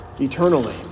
eternally